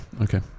Okay